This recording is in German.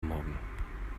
morgen